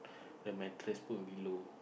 the mattress put below